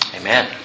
Amen